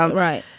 um right.